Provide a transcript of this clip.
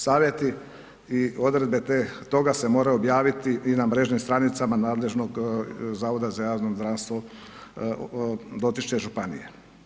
Savjeti i odredbe toga se moraju objaviti i na mrežnim stranicama nadležnog Zavoda za javno zdravstvo dotične županije.